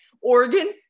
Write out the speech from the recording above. Oregon